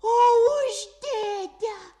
o už dėdę